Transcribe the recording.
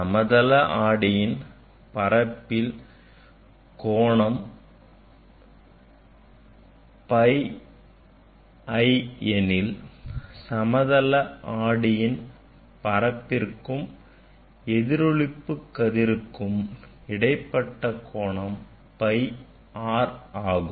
சமதள ஆடியின் பரப்பில் படுகோணம் phi i எனில் சமதள ஆடியின் பரப்பிற்கும் எதிரொளிப்பு கதிருக்கும் இடைப்பட்ட கோணம் phi r ஆகும்